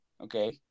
Okay